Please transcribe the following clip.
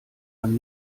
man